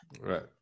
right